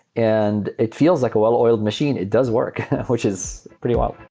and it feels like a well-oiled machine. it does work, which is pretty wild